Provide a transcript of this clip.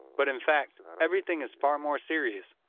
but in fact, everything is far more serious.